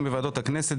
הכנסת.